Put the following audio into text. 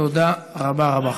תודה רבה רבה.